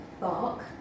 bark